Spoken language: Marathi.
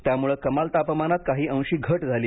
त्यामुळं कमाल तापमानात काही अंशी घट झाली